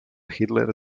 hitler